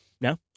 No